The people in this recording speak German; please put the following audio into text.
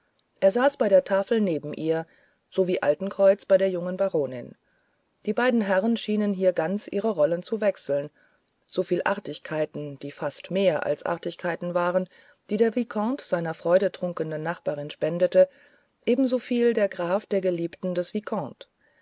er saß bei der tafel neben ihr so wie altenkreuz bei der jungen baronin die beiden herren schienen hier ganz ihre rollen zu wechseln so viel artigkeiten die fast mehr als artigkeiten waren die der vicomte seiner freudetrunkenen nachbarin spendete ebensoviel der graf der geliebten des